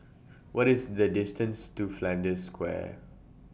What IS The distances to Flanders Square